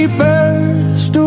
first